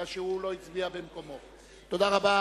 כמובן.